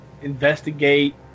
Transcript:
investigate